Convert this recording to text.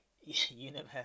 universe